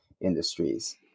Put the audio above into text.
industries